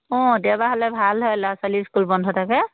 অঁ দেওবাৰ হ'লে ভাল হয় ল'ৰা ছোৱালীৰ স্কুল বন্ধ থাকে